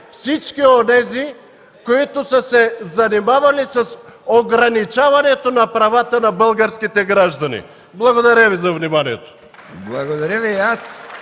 всички онези, които са се занимавали с ограничаването на правата на българските граждани. Благодаря Ви за вниманието.